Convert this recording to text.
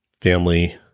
family